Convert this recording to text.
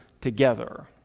together